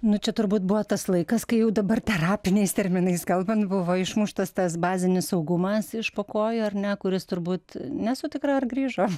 nu čia turbūt buvo tas laikas kai jau dabar terapiniais terminais kalbant buvo išmuštas tas bazinis saugumas iš po kojų ar ne kuris turbūt nesu tikra ar grįžo